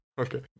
okay